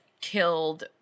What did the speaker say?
killed